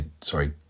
sorry